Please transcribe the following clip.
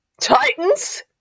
Titans